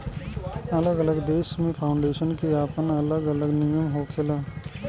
अलग अलग देश में फाउंडेशन के आपन अलग अलग नियम होखेला